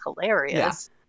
hilarious